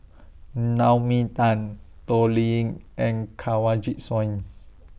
Naomi Tan Toh Liying and Kanwaljit Soin